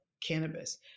cannabis